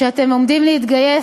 שאתם עומדים להתגייס,